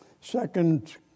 Second